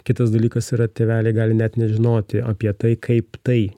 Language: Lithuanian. kitas dalykas yra tėveliai gali net nežinoti apie tai kaip tai